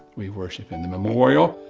we worship in the memorial,